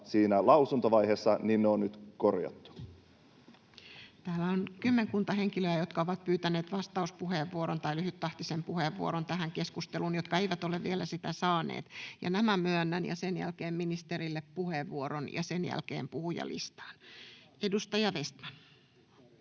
liittyviksi laeiksi Time: 14:39 Content: Täällä on kymmenkunta henkilöä, jotka ovat pyytäneet vastauspuheenvuoron tai lyhyttahtisen puheenvuoron tähän keskusteluun ja jotka eivät ole vielä sitä saaneet. Nämä myönnän, ja sen jälkeen ministerille puheenvuoro ja sen jälkeen puhujalistaan. — Edustaja Vestman.